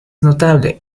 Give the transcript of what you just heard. notable